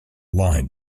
line